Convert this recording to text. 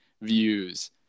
views